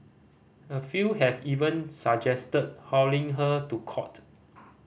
a few have even suggested hauling her to court